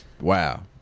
Wow